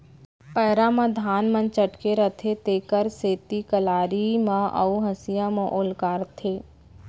पैरा म धान मन चटके रथें तेकर सेती कलारी म अउ हँसिया म ओलहारथें